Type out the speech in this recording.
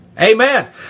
Amen